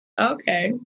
Okay